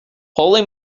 holy